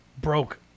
broke